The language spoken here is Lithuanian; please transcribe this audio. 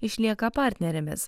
išlieka partnerėmis